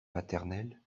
paternelle